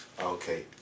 Okay